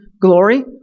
glory